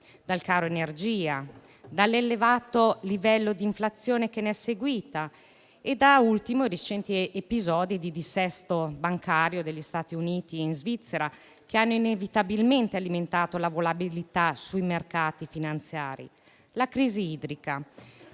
in Ucraina e l'elevato livello di inflazione che ne è seguita, nonché i recenti episodi di dissesto bancario negli Stati Uniti e in Svizzera, che hanno inevitabilmente alimentato la volatilità sui mercati finanziari, e la crisi idrica.